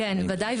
כן, בוודאי.